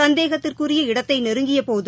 சந்தேகத்திற்குரிய இடத்தைநெருங்கியபோது